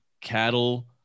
cattle